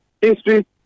history